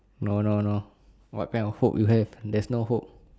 no no no what kind of hope you have there's no hope